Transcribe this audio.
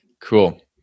Cool